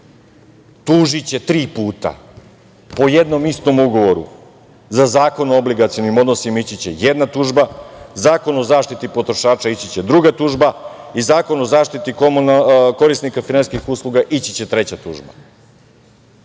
tužiće tri puta po jednom istom ugovoru, za Zakon o obligacionim odnosima ići će jedna tužba, Zakon o zaštiti potrošača ići će druga tužba i Zakon o zaštiti korisnika finansijskih usluga ići će treća tužba. Šta